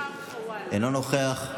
אינו נוכח,